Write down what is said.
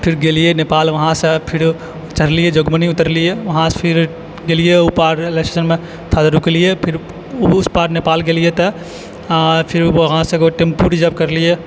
फिर गेलियै नेपाल वहाँसँ फेर चढ़लियै जोगमणी उतरलियै वहाँसँ फिर गेलियै उपर थोड़ा देर उसपर नेपाल गेलियै तऽ आ फिर वहाँसँ एगो टेम्पू रिजर्व करलियै